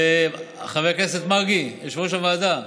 חבר הכנסת מרגי, יושב-ראש הוועדה,